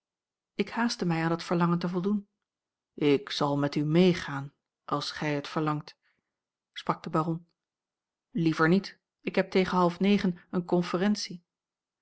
ik haastte mij aan dat verlangen te voldoen ik zal met u meegaan als gij het verlangt sprak de baron liever niet ik heb tegen half negen een conferentie